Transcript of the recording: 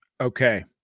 Okay